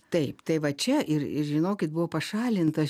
taip tai va čia ir žinokit buvo pašalintas